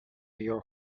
your